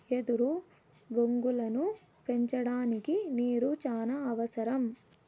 ఎదురు బొంగులను పెంచడానికి నీరు చానా అవసరం